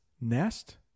nest